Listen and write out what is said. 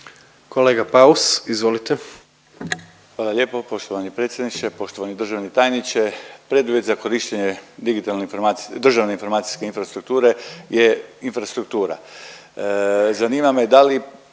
Dalibor (IDS)** Hvala lijepo poštovani predsjedniče. Poštovani državni tajniče, preduvjet za korištenje digitalne informa…, državne informacijske infrastrukture je infrastruktura. Zanima me da li